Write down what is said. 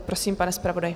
Prosím, pane zpravodaji.